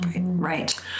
Right